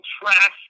trash